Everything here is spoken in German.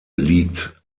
liegt